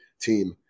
team